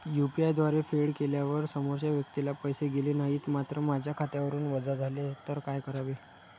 UPI द्वारे फेड केल्यावर समोरच्या व्यक्तीला पैसे गेले नाहीत मात्र माझ्या खात्यावरून वजा झाले तर काय करावे?